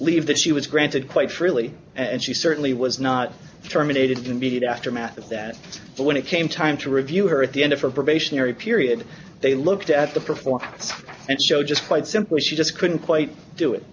leave that she was granted quite freely and she certainly was not terminated immediate aftermath of that but when it came time to review her at the end of her probationary period they looked at the performance and showed just quite simply she just couldn't quite do it